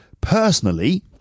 Personally